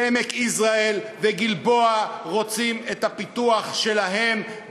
בעמק-יזרעאל ובגלבוע רוצים את הפיתוח שלהם,